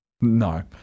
No